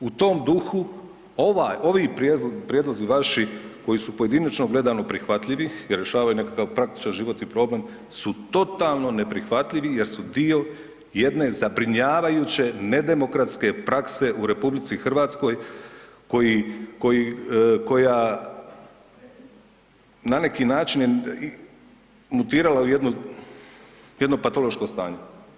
U tom duhu ovaj, ovi prijedlozi vaši koji su pojedinačno gledano prihvatljivi jer rješavaju nekakav praktičan životni problem su totalno neprihvatljivi jer su dio jedne zabrinjavajuće nedemokratske prakse u RH koji, koji, koja na neki način je mutirala u jednu, jedno patološko stanje.